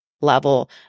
level